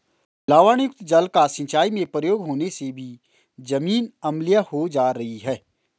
लवणयुक्त जल का सिंचाई में प्रयोग होने से भी जमीन अम्लीय हो जा रही है